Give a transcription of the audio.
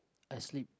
I slip